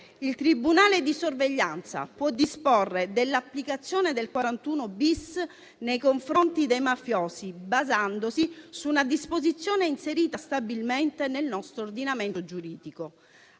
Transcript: il tribunale di sorveglianza può disporre dell'applicazione del regime di cui all'articolo 41-*bis* nei confronti dei mafiosi, basandosi su una disposizione inserita stabilmente nel nostro ordinamento giuridico.